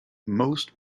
most